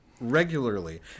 regularly